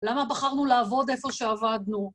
למה בחרנו לעבוד איפה שעבדנו?